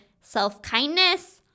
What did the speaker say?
self-kindness